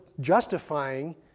justifying